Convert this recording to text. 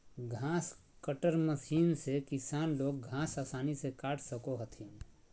घास cutter machine से किसान लोग घास आसानी से काट सको हथिन